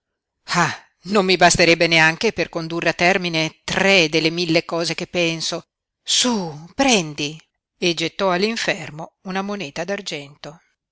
non mi basterebbe neanche per condurre a termine tre delle mille cose che penso su prendi e gettò all'infermo una moneta